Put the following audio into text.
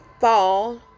fall